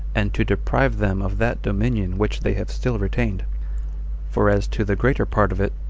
and to deprive them of that dominion which they have still retained for as to the greater part of it,